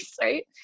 right